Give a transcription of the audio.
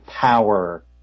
power